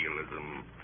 idealism